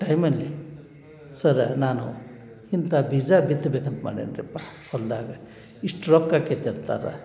ಟೈಮಲ್ಲಿ ಸರ ನಾನು ಇಂಥ ಬೀಜ ಬಿತ್ಬೇಕು ಅಂತ ಮಾಡ್ಯಾನ್ರೀಪ್ಪ ಹೊಲದಾಗ ಇಷ್ಟು ರೊಕ್ಕ ಆಕ್ಕೇತಿ ಅಂತಾರೆ